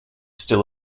still